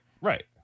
right